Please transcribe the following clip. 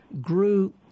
grew